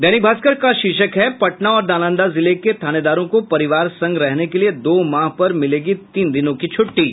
दैनिक भास्कर शीर्षक है पटना और नालंदा जिले के थानेदारों को परिवार संग रहने के लिये दो माह पर मिलेगी तीन दिनों की छुट्टी